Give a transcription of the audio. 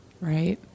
Right